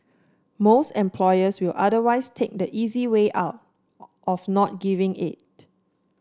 most employers will otherwise take the easy way out of not giving it